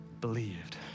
believed